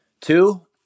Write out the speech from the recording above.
Two